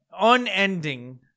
unending